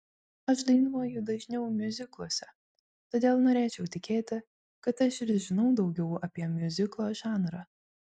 aš dainuoju dažniau miuzikluose todėl norėčiau tikėti kad aš ir žinau daugiau apie miuziklo žanrą